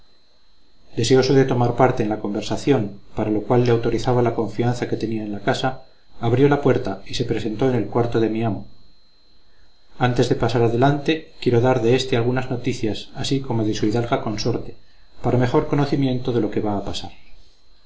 deseoso de tomar parte en la conversación para lo cual le autorizaba la confianza que tenía en la casa abrió la puerta y se presentó en el cuarto de mi amo antes de pasar adelante quiero dar de éste algunas noticias así como de su hidalga consorte para mejor conocimiento de lo que va a pasar